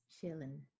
chilling